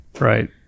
Right